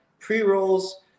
Pre-rolls